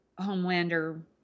Homelander